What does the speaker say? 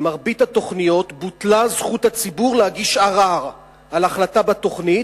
במרבית התוכניות בוטלה זכות הציבור להגיש ערר על החלטה בתוכנית,